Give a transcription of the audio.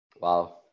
Wow